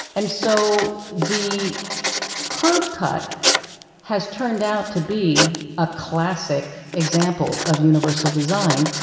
and so the curb cut has turned out to be a classic example of universal design.